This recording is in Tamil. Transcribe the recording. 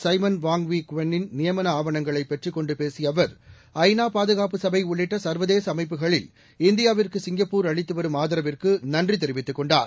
சைமன் வாங் வி குவெள் னின் நியமன ஆவணங்களை பெற்றுக் கொண்டு பேசிய அவர் ஐநா பாதுகாப்பு சபை உள்ளிட்ட சர்வதேச அமைப்புகளில் இந்தியாவிற்கு சிங்கப்பூர் அளித்து வரும் ஆதரவுக்கு நன்றி தெரிவித்துக் கொண்டார்